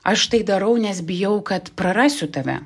aš tai darau nes bijau kad prarasiu tave